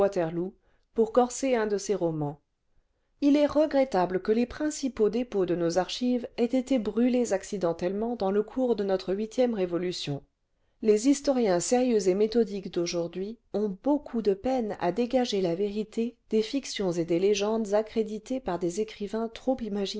pour corser un de ses romans h est regrettable que les principaux dépôts de nos archives aient été brûlés accidentellement dans le cours de notre huitième révolution les historiens sérieux et méthodiques d'aujourd'hui ont beaucoup de peine à dégager la vérité des fictions et des légendes accréditées par des écrivains